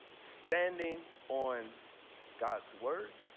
standing on god's word?